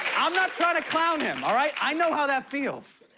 i'm not trying to clown him, all right? i know how that feels.